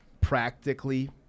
practically